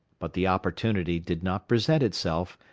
but the opportunity did not present itself,